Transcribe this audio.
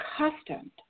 accustomed